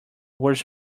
words